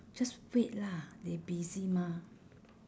just wait lah they busy mah